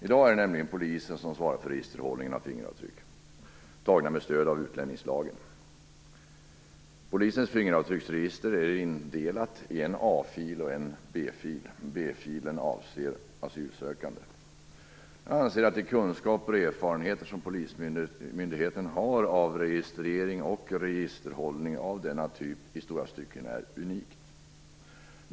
I dag är det Polisen som svarar för registerhållningen av de fingeravtryck som är tagna med stöd av Utlänningslagen. Polisens fingeravtrycksregister är indelat i en a-fil och en b-fil. B-filen avser asylsökande. Jag anser att Polismyndighetens kunskaper om och erfarenheter av registrering och registerhållning av denna typ i stora stycken är unika.